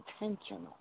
Intentional